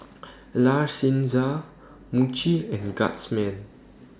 La Senza Muji and Guardsman